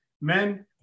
men